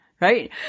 right